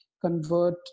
convert